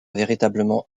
véritablement